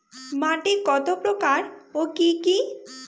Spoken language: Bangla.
মাটি কতপ্রকার ও কি কী?